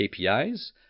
KPIs